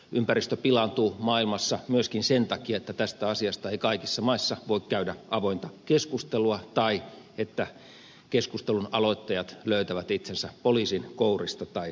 ympäristö pilaantuu maailmassa myöskin sen takia että tästä asiasta ei kaikissa maissa voi käydä avointa keskustelua tai keskustelun aloittajat löytävät itsensä poliisin kourista tai tyrmästä